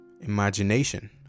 Imagination